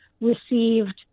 received